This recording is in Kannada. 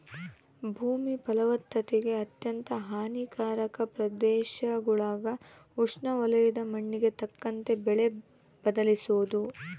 ಭೂಮಿ ಫಲವತ್ತತೆಗೆ ಅತ್ಯಂತ ಹಾನಿಕಾರಕ ಪ್ರದೇಶಗುಳಾಗ ಉಷ್ಣವಲಯದ ಮಣ್ಣಿಗೆ ತಕ್ಕಂತೆ ಬೆಳೆ ಬದಲಿಸೋದು